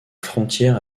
frontière